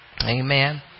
amen